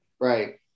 Right